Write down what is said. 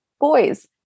boys